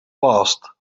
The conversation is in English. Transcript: passed